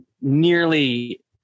nearly